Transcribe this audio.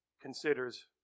considers